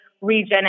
region